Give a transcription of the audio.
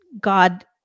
God